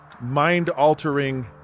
mind-altering